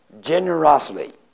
Generously